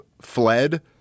fled